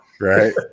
Right